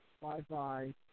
Bye-bye